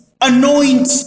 anoint